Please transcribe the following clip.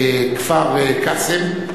כפר-קאסם,